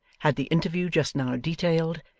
had the interview just now detailed,